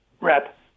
rep